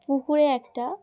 পুকুরে একটা